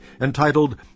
entitled